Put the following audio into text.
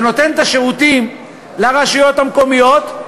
שנותן את השירותים לרשויות המקומיות,